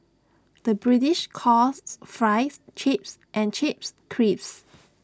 the British calls Fries Chips and Chips Crisps